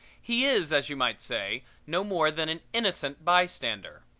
he is, as you might say, no more than an innocent bystander.